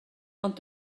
ond